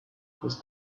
was